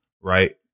right